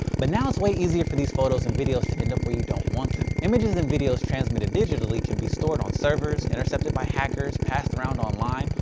but now it's way easier for these photos and videos to end up where you don't want them. images and videos transmitted digitally can be stored on servers, intercepted by hackers, passed around online,